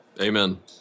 Amen